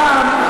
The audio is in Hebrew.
פעם,